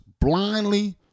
blindly